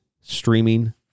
streaming